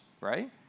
right